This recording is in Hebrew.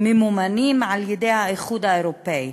הממומנים על-ידי האיחוד האירופי.